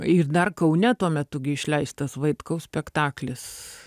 ir dar kaune tuo metu gi išleistas vaitkaus spektaklis